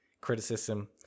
criticism